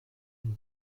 une